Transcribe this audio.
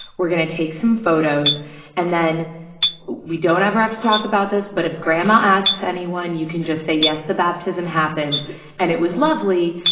we're gonna take some photos and then we don't ever have to talk about this. but if grandma asks anyone, you can just say, yes, the baptism happened and it was lovely.